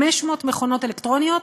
500 מכונות אלקטרוניות